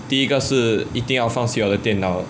第一个是一定要放弃我的电脑